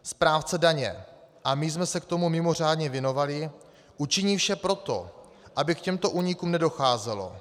Správce daně, a my jsme se tomu mimořádně věnovali, učiní vše pro to, aby k těmto únikům nedocházelo.